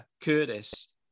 Curtis